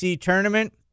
tournament